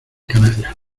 canalla